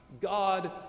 God